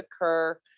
occur